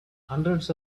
hundreds